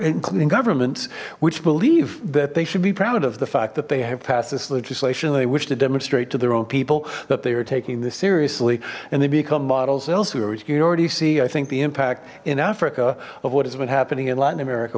including governments which believe that they should be proud of the fact that they have passed this legislation they wish to demonstrate to their own people that they are taking this seriously and they become models else you can already see i think the impact in africa of what has been happening in latin america